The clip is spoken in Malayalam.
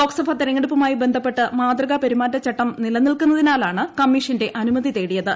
ലോക്സഭ തിരഞ്ഞെടുപ്പുമായി ബന്ധപ്പെട്ട് മാതൃകാ പെരുമാറ്റച്ചട്ടം നിലനിൽക്കുന്നതിനാലാണ് കമ്മീഷന്റെ അനുമതി തേടിയത്